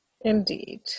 Indeed